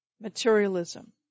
Materialism